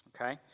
okay